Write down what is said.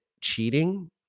cheating